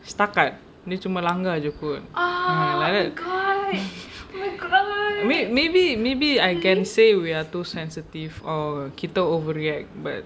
setakat dia cuma langgar jer [pe] ah like that wait maybe maybe I can say we are too sensitive or kita overreact but